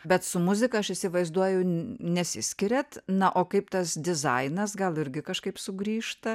bet su muzika aš įsivaizduoju nesiskiriat na o kaip tas dizainas gal irgi kažkaip sugrįžta